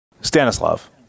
Stanislav